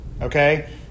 Okay